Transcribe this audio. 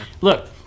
look